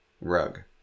Rug